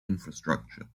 infrastructure